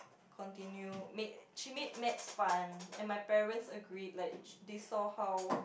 continue made she made maths fun and my parents agreed like they saw how